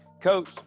Coach